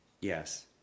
Yes